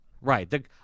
Right